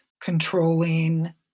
controlling